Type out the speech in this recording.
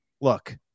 Look